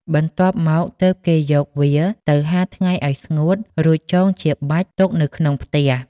បន្ទាប់មកទើប គេយកវាទៅហាលថ្ងៃ អោយស្ងួត រួចចងជាបាច់ទុកនៅក្នុងផ្ទះ ។